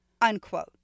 Unquote